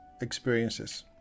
experiences